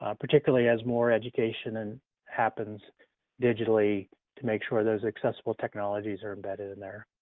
ah particularly as more education and happens digitally to make sure those accessible technologies are embedded in there,